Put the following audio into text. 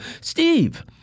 Steve